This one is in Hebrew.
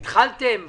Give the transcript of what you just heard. התחלתם בחוזר,